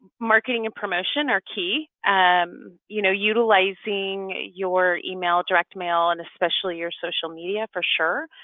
marketing and promotion are key and um you know utilizing ah your email, direct mail and especially your social media for sure.